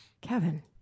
Kevin